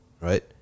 Right